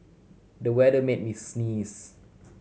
the weather made me sneeze